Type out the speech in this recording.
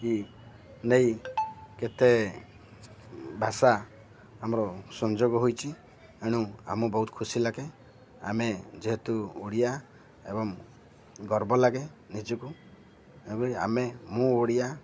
କି ନେଇ କେତେ ଭାଷା ଆମର ସଂଯୋଗ ହୋଇଛି ଏଣୁ ଆମ ବହୁତ ଖୁସି ଲାଗେ ଆମେ ଯେହେତୁ ଓଡ଼ିଆ ଏବଂ ଗର୍ବ ଲାଗେ ନିଜକୁ ଆମେ ମୁଁ ଓଡ଼ିଆ